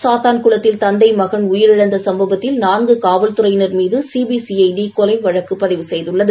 சாத்தான் குளத்தில் தந்தை மகன் உயிரிழந்த சம்பவத்தில் நான்கு காவல் துறையினர் மீது சிபிசிஐடி கொலை வழக்குப் பதிவு செய்துள்ளது